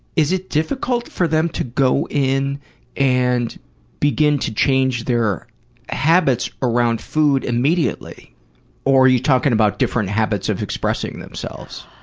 is it difficult for them to go in and begin to change their habits around food immediately or are you talking about different habits of expressing themselves?